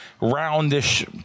roundish